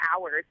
hours